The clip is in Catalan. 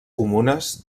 comunes